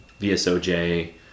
VSOJ